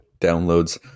Downloads